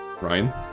Ryan